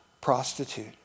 prostitute